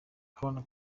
hon